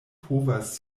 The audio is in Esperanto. povas